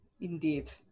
Indeed